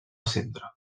centre